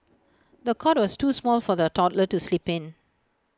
the cot was too small for the toddler to sleep in